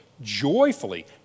joyfully